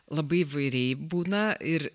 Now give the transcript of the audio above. labai įvairiai būna ir